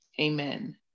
Amen